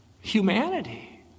Humanity